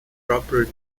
proper